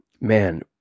man